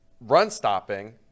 run-stopping